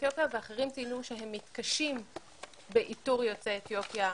אתיופיה ואחרים ציינו שהם מתקשים באיתור יוצאי אתיופיה.